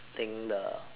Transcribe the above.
think the